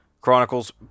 chronicles